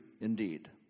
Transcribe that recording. indeed